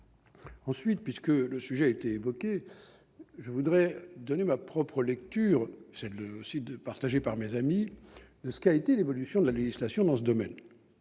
Puisque le sujet a été évoqué, je veux donner ma propre lecture, partagée par mes amis, de ce qu'a été l'évolution de la législation dans ce domaine.